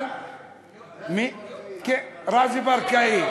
רזי ברקאי.